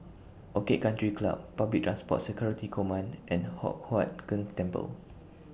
Orchid Country Club Public Transport Security Command and Hock Huat Keng Temple